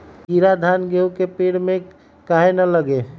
कीरा धान, गेहूं के पेड़ में काहे न लगे?